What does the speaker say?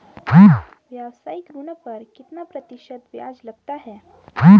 व्यावसायिक ऋण पर कितना प्रतिशत ब्याज लगता है?